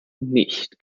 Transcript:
nicht